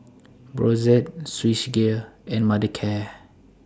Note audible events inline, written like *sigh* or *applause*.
*noise* Brotzeit Swissgear and Mothercare